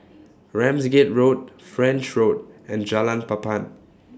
Ramsgate Road French Road and Jalan Papan